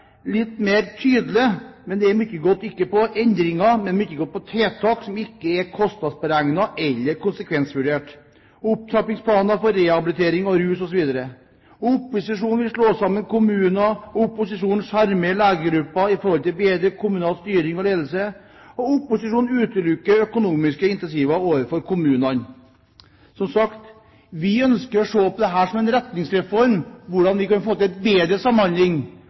litt mer tydelig, men mye går ikke på endringer, mye går på tiltak som ikke er kostnadsberegnet eller konsekvensvurdert, som opptrappingsplanen for rehabilitering og rus, osv. Opposisjonen vil slå sammen kommuner, opposisjonen sjarmerer legegrupper i forhold til bedre kommunal styring og ledelse, og opposisjonen utelukker økonomiske incentiver overfor kommunene. Som sagt ønsker vi å se på dette som en retningsreform og hvordan vi kan få til bedre samhandling.